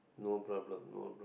no problem no